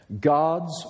God's